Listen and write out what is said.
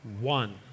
one